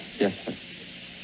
Yes